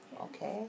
Okay